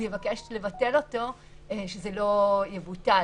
יבקש לבטל אותו, שזה לא יבוטל.